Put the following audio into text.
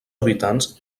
habitants